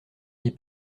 des